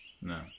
No